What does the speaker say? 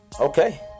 Okay